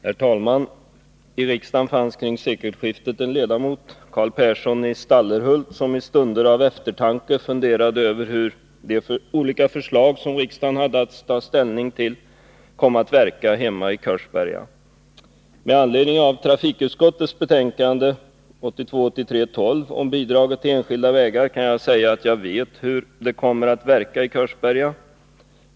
Herr talman! I riksdagen fanns kring sekelskiftet en ledamot, Carl Persson i Stallerhult, som i stunder av eftertanke funderade över hur de olika förslag som riksdagen hade att ta ställning till kom att verka hemma i Korsberga. Med anledning av trafikutskottets betänkande 1982/83:12 om bidraget till enskilda vägar kan jag säga att jag vet hur det kommer att verka i Korsberga.